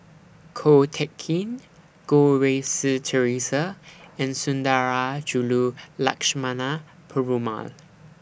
Ko Teck Kin Goh Rui Si Theresa and Sundarajulu Lakshmana Perumal